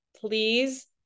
Please